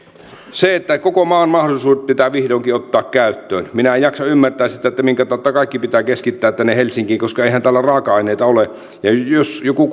se että koko maan mahdollisuudet pitää vihdoinkin ottaa käyttöön minä en jaksa ymmärtää sitä minkä tautta kaikki pitää keskittää tänne helsinkiin koska eihän täällä raaka aineita ole jos joku